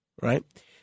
Right